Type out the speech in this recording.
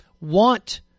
want